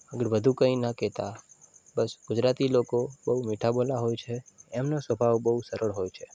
આગળ વધુ કંઈ ના કહેતા બસ ગુજરાતી લોકો બહુ મીઠાબોલા હોય છે એમનો સ્વભાવ બહુ સરળ હોય છે